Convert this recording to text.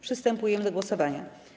Przystępujemy do głosownia.